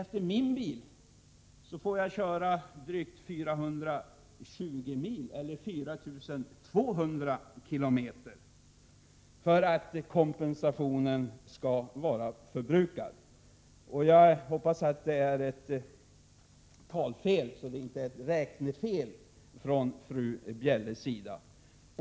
Med min bil får jag köra drygt 4 200 kilometer för att kompensationen skall vara förbrukad. Jag hoppas att det var en felsägning och inte ett räknefel från fru Bjelles sida.